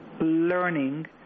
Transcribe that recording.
learning